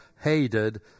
hated